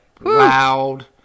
loud